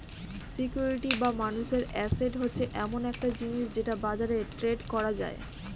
security বা মানুষের asset হচ্ছে এমন একটা জিনিস যেটা বাজারে ট্রেড করা যায়